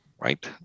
Right